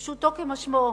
פשוטו כמשמעו.